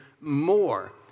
more